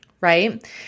right